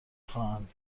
خواهند